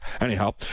Anyhow